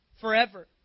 forever